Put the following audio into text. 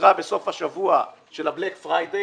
שוויתרה בסוף השבוע של בלייק פריידי